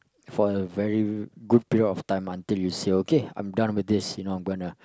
for a very good period of time until you say okay I'm done with this you know I'm gonna